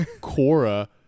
Cora